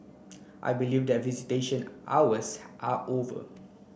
I believe that visitation hours are over